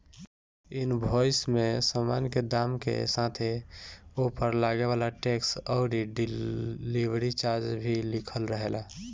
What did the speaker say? invoice में सामान के दाम के साथे ओपर लागे वाला टेक्स अउरी डिलीवरी चार्ज भी लिखल रहेला